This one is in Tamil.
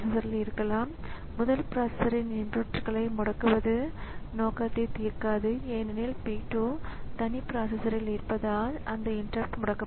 நான் சொன்னது போல ஆப்பரேட்டிங் ஸிஸ்டம் டிஸ்க்கில் ஒரு நிலையான லாெக்கேஷனில் வைக்கப்படுவதாகவும் அங்கிருந்து அது ஆப்பரேட்டிங் ஸிஸ்டத்தை ஏற்றுவதாகவும் அதை ராமில் வைப்பதாகவும் பின்னர் அந்தக் கட்டத்தில் இருந்து கணினி முழுமையாக செயல்படும்